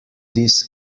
this